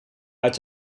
uit